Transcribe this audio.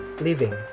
living